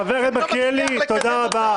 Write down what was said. חבר הכנסת מלכיאלי, תודה רבה.